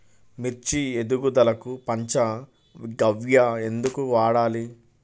మిర్చి ఎదుగుదలకు పంచ గవ్య ఎందుకు వాడాలి?